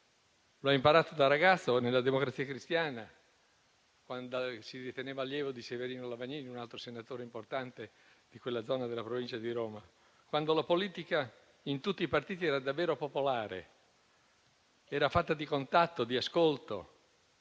Lo ha imparato da ragazzo nella Democrazia Cristiana, quando si riteneva allievo di Severino Lavagnini, un altro senatore importante in quella zona della provincia di Roma, quando la politica in tutti i partiti era davvero popolare ed era fatta di contatto, di ascolto.